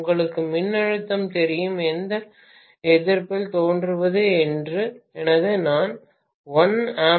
உங்களுக்கு மின்னழுத்தம் தெரியும் இந்த எதிர்ப்பில் தோன்றுவது எனது நான் 1A X R